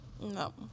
No